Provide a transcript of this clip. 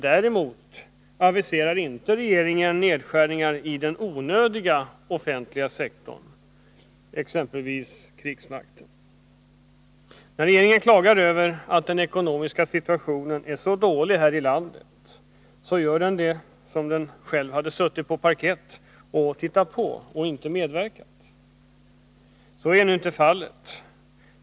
Däremot aviserar regeringen inte nedskärningar i den onödiga offentliga sektorn, exempelvis krigsmakten. När regeringen klagar över att den ekonomiska situationen är så dålig här i' landet gör den det som om den själv hade suttit på parkett och tittat på och inte medverkat. Så är nu inte fallet.